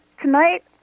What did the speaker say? tonight